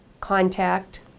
contact